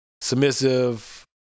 Submissive